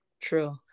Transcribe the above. true